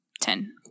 Ten